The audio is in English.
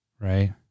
right